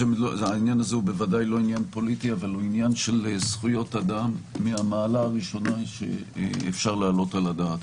של זכויות אדם מן המעלה הראשונה שאפשר להעלות על הדעת.